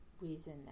reason